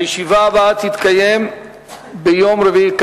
הישיבה הבאה תתקיים ביום רביעי,